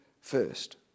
first